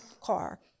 car